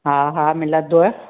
हा हा मिलंदव